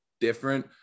different